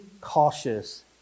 cautious